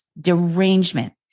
derangement